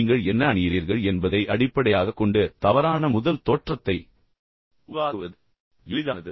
நீங்கள் என்ன அணியிறீர்கள் மற்றும் எப்படி இருக்கிறீர்கள் என்பதை அடிப்படையாகக் கொண்டு மோசமான அல்லது தவறான முதல் தோற்றத்தை உருவாக்குவது மிகவும் எளிதானது